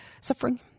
suffering